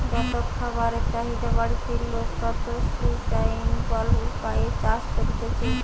যত খাবারের চাহিদা বাড়তিছে, লোক তত সুস্টাইনাবল উপায়ে চাষ করতিছে